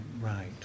right